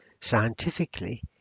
Scientifically